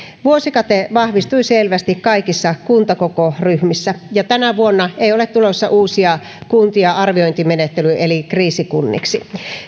vuosikate vahvistui selvästi kaikissa kuntakokoryhmissä ja tänä vuonna ei ole tulossa uusia kuntia arviointimenettelyyn eli kriisikunniksi